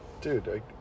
dude